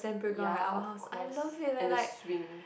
ya of course and the swing